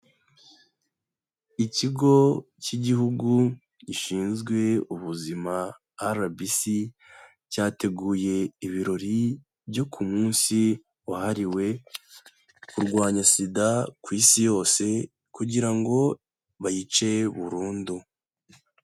Ikigo cy'igihugu gishinzwe ubuzima RBC, cyateguye ibirori byo ku munsi wahariwe kurwanya sida ku isi yose kugira ngo bayice burundu.